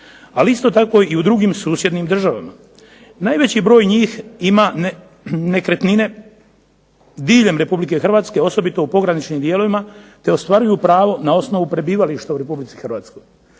ali isto tako i u drugim susjednim državama. Najveći broj njih ima nekretnine diljem Republike Hrvatske osobito u pograničnim dijelovima, te ostvaruju pravo na osnovu prebivališta u Republici Hrvatskoj.